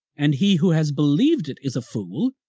and he who has believed it is a fool,